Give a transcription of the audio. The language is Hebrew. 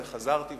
חזרתי,